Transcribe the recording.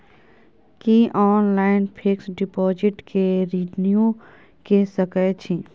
की online fix deposit के renew के सकै छी?